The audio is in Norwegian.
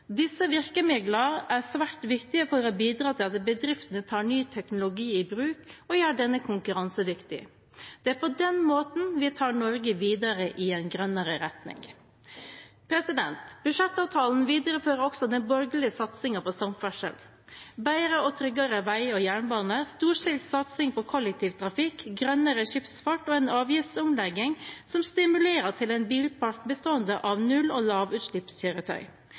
Disse virkemidlene er svært viktige for å bidra til at bedriftene tar ny teknologi i bruk og gjør denne konkurransedyktig. Det er på den måten vi tar Norge videre i en grønnere retning. Budsjettavtalen viderefører også den borgerlige satsingen på samferdsel: bedre og tryggere veier og jernbane, storstilt satsing på kollektivtrafikk, grønnere skipsfart og en avgiftsomlegging som stimulerer til en bilpark bestående av null- og